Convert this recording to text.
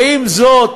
ועם זאת,